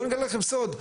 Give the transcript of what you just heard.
בואו אני אגלה לכם סוד,